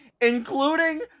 Including